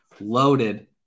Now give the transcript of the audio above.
loaded